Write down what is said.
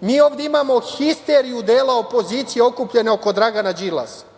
Mi ovde imamo histeriju dela opozicije okupljene oko Dragana Đilasa,